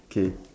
K